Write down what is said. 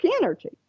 Energy